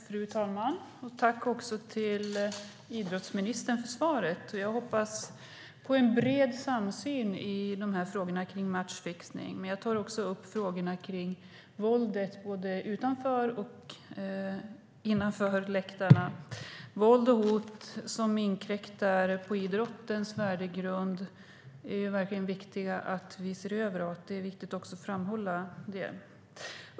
Fru talman! Tack, idrottsministern, för svaret! Jag hoppas på en bred samsyn i frågan om matchfixning. Jag tar också upp frågor om våldet både på och utanför läktarna. Våld och hot inkräktar på idrottens värdegrund. Det är viktigt att vi ser över och framhåller detta.